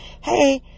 Hey